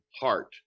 heart